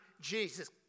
Jesus